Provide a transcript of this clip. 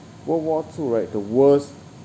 world war two right the worst